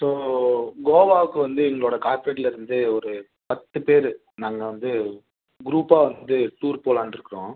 so கோவாவுக்கு வந்து எங்களோடய கார்ப்ரேட்லேருந்து ஒரு பத்து பேர் நாங்கள் வந்து குரூப்பாக வந்து டூர் போலான்டிருக்குறோம்